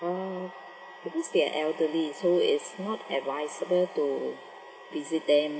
oh because they're elderly so it's not advisable to visit them